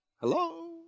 Hello